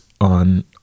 on